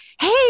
hey